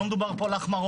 לא מדובר פה על החמרות.